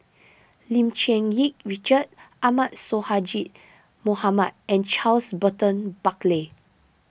Lim Cherng Yih Richard Ahmad Sonhadji Mohamad and Charles Burton Buckley